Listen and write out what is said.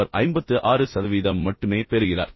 அவர் 56 சதவீதம் மட்டுமே பெறுகிறார்